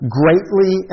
greatly